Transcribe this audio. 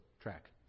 track